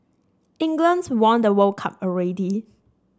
England's won the World Cup already